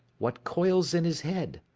what coils in his head?